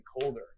colder